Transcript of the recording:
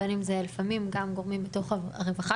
בין אם זה לפעמים גם גורמים בתוך הרווחה